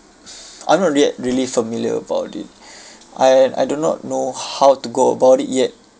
I'm not rea~ really familiar about it I and I do not know how to go about it yet